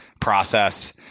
process